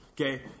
Okay